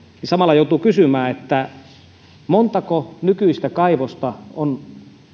niin samalla joutuu kysymään montako nykyistä kaivosta on